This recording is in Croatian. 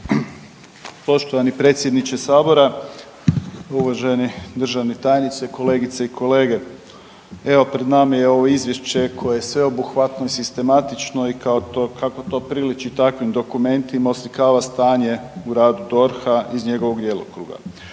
Poštovani predsjedniče sabora, uvaženi državni tajniče, kolegice i kolege evo pred nama je ovo izvješće koje je sveobuhvatno, sistematično i kako to priliči takvim dokumentima oslikava stanje u radu DORH-a iz njegovog djelokruga.